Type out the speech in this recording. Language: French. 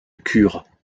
cure